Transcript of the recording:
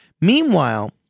Meanwhile